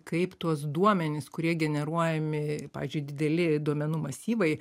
kaip tuos duomenis kurie generuojami pavyzdžiui dideli duomenų masyvai